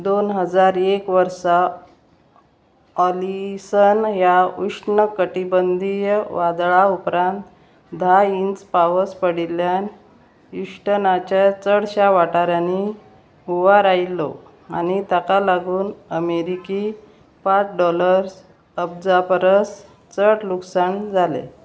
दोन हजार एक वर्सा ऑलीसन ह्या उश्ण कटिबंदीय वादळा उपरांत धा इंच पावस पडिल्ल्यान इश्टनाच्या चडश्या वाठारांनी हुंवार आयिल्लो आनी ताका लागून अमेरिकी पांच डॉलर्स अप्जा परस चड लुकसाण जालें